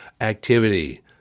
activity